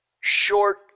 short